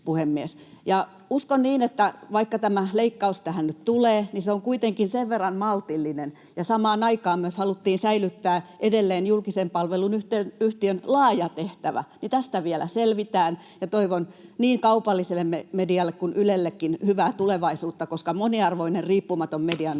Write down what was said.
Uskon niin, että vaikka tämä leikkaus tähän nyt tulee, niin se on kuitenkin sen verran maltillinen — ja samaan aikaan haluttiin myös säilyttää edelleen julkisen palvelun yhtiön laaja tehtävä — että tästä vielä selvitään. Toivon niin kaupalliselle medialle kuin Ylellekin hyvää tulevaisuutta, koska moniarvoinen riippumaton